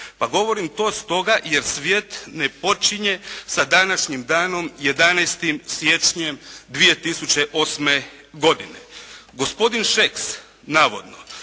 Pa govorim to stoga jer svijet ne počinje sa današnjim danom 11. siječnjem 2008. Gospodin